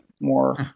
more